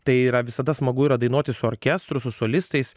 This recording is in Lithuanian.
tai yra visada smagu yra dainuoti su orkestru su solistais